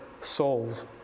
souls